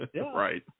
Right